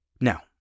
Now